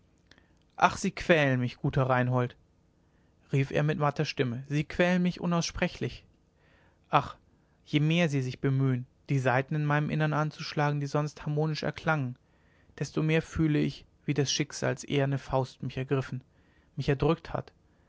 ach sie quälen mich guter reinhold rief er mit matter stimme sie quälen mich unaussprechlich ach je mehr sie sich bemühen die saiten in meinem innern anzuschlagen die sonst harmonisch erklangen desto mehr fühle ich wie des schicksals eherne faust mich ergriffen mich erdrückt hat